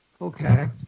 Okay